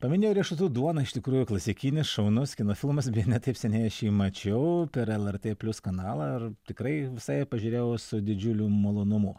paminėjo riešutų duoną iš tikrųjų klasikinis šaunus kino filmas beje ne taip seniai aš jį mačiau per lrt plius kanalą ar tikrai visai pažiūrėjau su didžiuliu malonumu